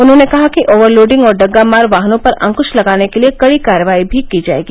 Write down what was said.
उन्होंने कहा कि ओवरलोडिंग और डग्गामार वाहनों पर अंकृत्र लगाने के लिये कड़ी कार्रवाई भी की जायेगी